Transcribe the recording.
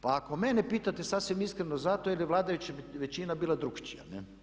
Pa ako mene pitate, sasvim iskreno zato jer je vladajuća većina bila drukčija.